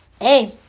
Hey